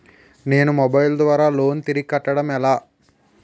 నేను మొబైల్ ద్వారా లోన్ తిరిగి కట్టడం ఎలా?